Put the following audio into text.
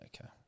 Okay